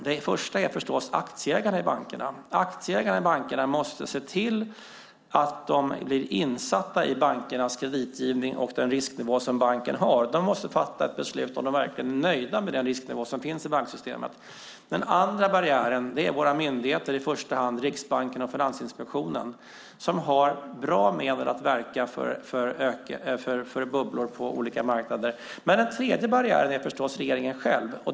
Den första är förstås aktieägarna i bankerna. Aktieägarna i bankerna måste se till att de blir insatta i bankernas kreditgivning och den risknivå som bankerna har. De måste fatta ett beslut om de verkligen är nöjda med den risknivå som finns i banksystemet. Den andra barriären är våra myndigheter, i första hand Riksbanken och Finansinspektionen, som har bra medel för att motverka bubblor på olika marknader. Men den tredje barriären är förstås regeringen själv.